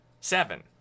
Seven